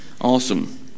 Awesome